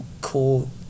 Cool